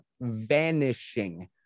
vanishing